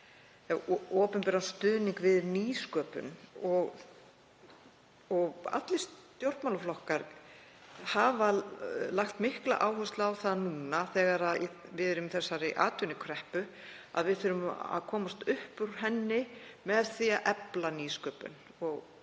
um opinberan stuðning við nýsköpun. Allir stjórnmálaflokkar hafa lagt mikla áherslu á það núna þegar við erum í þessari atvinnukreppu að við þurfum að komast upp úr henni með því að efla nýsköpun á